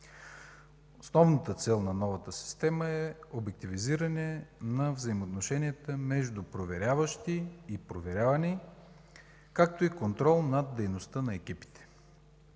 Основната цел на новата система е обективизиране на взаимоотношенията между проверяващи и проверявани, както и контрол над дейността на екипите.